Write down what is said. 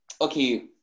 okay